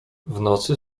nocy